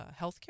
healthcare